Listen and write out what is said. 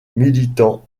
militants